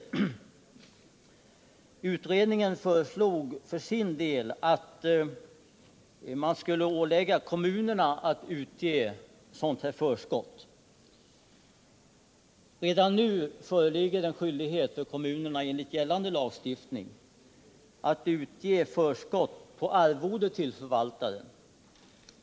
Utredningen föreslog för sin del att man skulle ålägga kommunerna att utge sådant förskott. Redan enligt gällande lagstiftning föreligger skyldighet för kommunerna att utge förskott på arvode till förvaltaren.